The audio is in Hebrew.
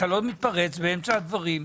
אתה לא מתפרץ באמצע הדברים,